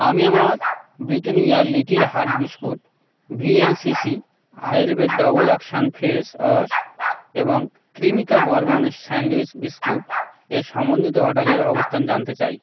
আমি আমার Britannia little heart biscuit V L C C Ayurved double action face wash এবং Cremica bourbon sandwich biscuit এর সমন্বিত অর্ডারের অবস্থান জানতে চাই